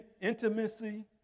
intimacy